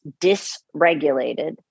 dysregulated